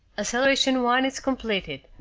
acceleration one is completed.